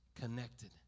connected